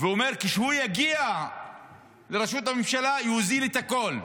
והוא אומר שכשהוא יגיע לראשות הממשלה הוא יוזיל את הכול,